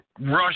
Russia